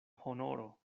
honoro